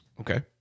Okay